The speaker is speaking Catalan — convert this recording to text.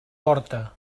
porta